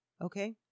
Okay